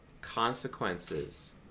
consequences